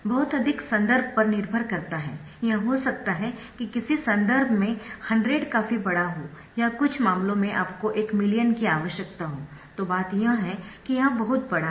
बहुत अधिक संदर्भ पर निर्भर करता है यह हो सकता है कि किसी संदर्भ में 100 काफी बड़ा हो या कुछ मामलों में आपको एक मिलियन की आवश्यकता हो तो बात यह है कि यह बहुत बड़ा है